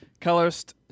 colorist